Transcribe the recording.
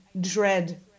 dread